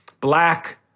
black